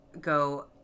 go